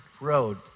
road